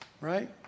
Right